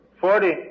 Forty